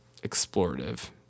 explorative